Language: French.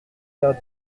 vers